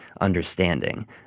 understanding